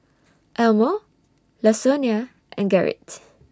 Elmore Lasonya and Gerrit